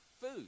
food